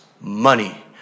money